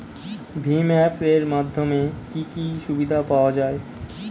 ভিম app এর মাধ্যমে কি কি সুবিধা পাওয়া যায়?